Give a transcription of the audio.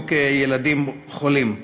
חוק ילדים חולים.